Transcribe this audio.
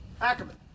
Ackerman